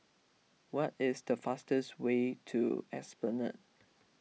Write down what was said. what is the fastest way to Esplanade